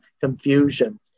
confusion